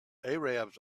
arabs